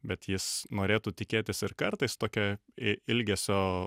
bet jis norėtų tikėtis ir kartais tokia i ilgesio